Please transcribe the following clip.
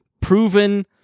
proven